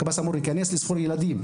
הקב״ס אמור להיכנס ולספור ילדים,